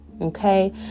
okay